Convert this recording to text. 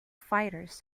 fighters